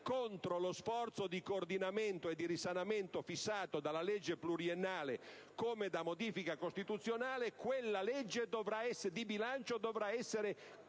contro lo sforzo di coordinamento e di risanamento fissato dalla legge pluriennale come da modifica costituzionale, quella legge di bilancio dovrà essere annullata.